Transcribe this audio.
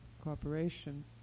cooperation